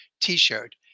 t-shirt